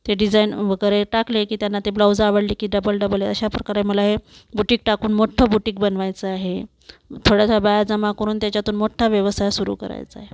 ते डिझाईन वगैरे टाकले की त्यांना ते ब्लाउज आवडले की डबल डबल अशा प्रकारे मला हे बुटीक टाकून मोठ्ठं बुटीक बनवायचं आहे थोड्याशा बाया जमा करून त्याच्यातून मोठ्ठा व्यवसाय सुरु करायचा आहे